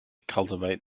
cultivate